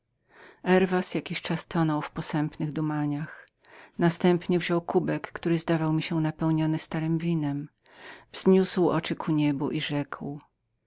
herwas jakiś czas utonął w posępnych dumaniach następnie wziął kubek który zdawał mi się napełnionym starem winem wzniósł oczy ku niebu i rzekł